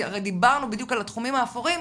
הרי בדיוק דיברנו על התחומים האפורים,